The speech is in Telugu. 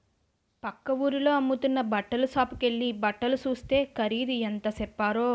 పక్క వూరిలో అమ్ముతున్న బట్టల సాపుకెల్లి బట్టలు సూస్తే ఖరీదు ఎంత సెప్పారో